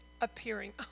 appearing